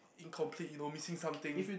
incomplete you know missing something